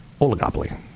oligopoly